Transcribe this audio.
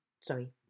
sorry